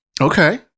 Okay